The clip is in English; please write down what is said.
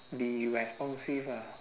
be responsive ah